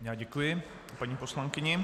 Já děkuji paní poslankyni.